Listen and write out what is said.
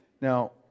now